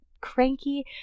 cranky